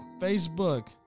Facebook